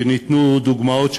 וניתנו שם דוגמאות מדהימות.